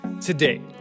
Today